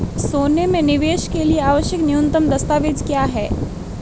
सोने में निवेश के लिए आवश्यक न्यूनतम दस्तावेज़ क्या हैं?